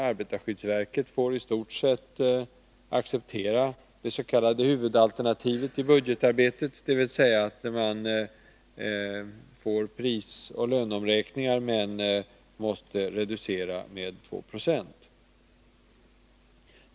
Arbetarskyddsverket får i stort sett acceptera det s.k. huvudalternativet i budgetarbetet, dvs. att man får prisoch löneomräkningar men måste reducera med 2 96.